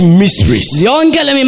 mysteries